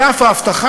על אף ההבטחה,